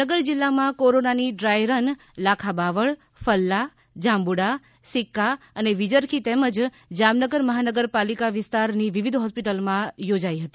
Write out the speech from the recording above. જામનગર જિલ્લા કોરોનાની dry run Lakhabaval Falla Jambuda Sikka અને વિજરખી તેમજ જામનગર મહાનગરપાલિકા વિસ્તારમાં વિવિધ હોસ્પિટલમાં યોજાઇ હતી